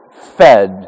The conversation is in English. fed